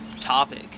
topic